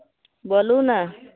बोलू ने